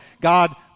God